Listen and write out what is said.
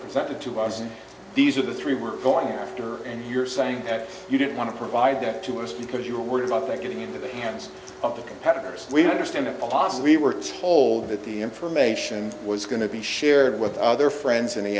presented to us and these are the three we're going after and you're saying that you don't want to provide that to us because you're worried about getting into the hands of the competitors we understand possibly we're told that the information was going to be shared with their friends in the